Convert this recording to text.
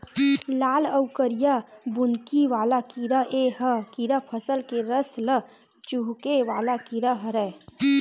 लाल अउ करिया बुंदकी वाला कीरा ए ह कीरा फसल के रस ल चूंहके वाला कीरा हरय